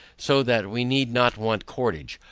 so that we need not want cordage.